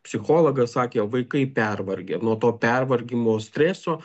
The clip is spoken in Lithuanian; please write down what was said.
psichologas sakė vaikai pervargę nuo to pervargimo streso